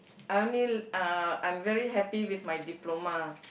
I only uh I'm very happy with my diploma